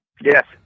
Yes